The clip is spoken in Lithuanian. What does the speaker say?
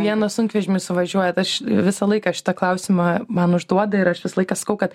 į vieną sunkvežimį suvažiuojat aš visą laiką šitą klausimą man užduoda ir aš visą laiką sakau kad